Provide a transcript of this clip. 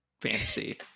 fantasy